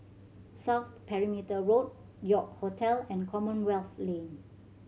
South Perimeter Road York Hotel and Commonwealth Lane